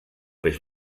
peix